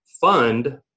fund